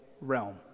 realm